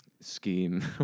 scheme